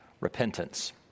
repentance